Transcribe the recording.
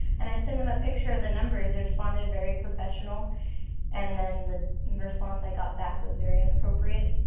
and i've sent him a picture of the numbers. i responded very professional and then the response i got back was very inappropriate.